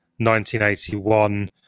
1981